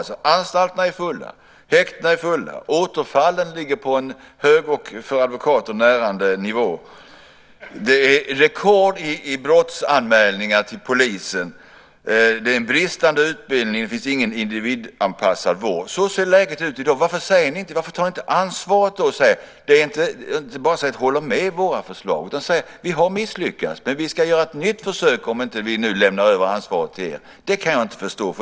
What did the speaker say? Anstalterna är fulla, häktena är fulla. Återfallen ligger på en hög och för advokater närande nivå. Det är rekord i brottsanmälningar till polisen. Det är bristande utbildning och det finns ingen individanpassad vård. Så ser läget ut i dag. Varför säger ni inte det? Varför tar ni inte ansvaret, och inte bara håller med om våra förslag? Ni borde säga: Vi har misslyckats, men vi ska göra ett nytt försök om vi nu inte lämnar över ansvaret till er. Det kan jag inte förstå.